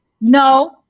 no